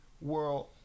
world